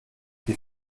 die